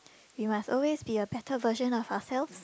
we must always be a better version of ourself